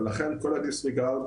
ולכן כל הדיסרגרד,